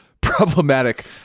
problematic